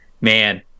man